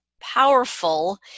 powerful